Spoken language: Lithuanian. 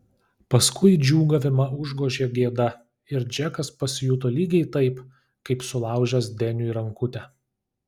paskui džiūgavimą užgožė gėda ir džekas pasijuto lygiai taip kaip sulaužęs deniui rankutę